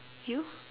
you